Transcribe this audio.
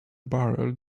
barrel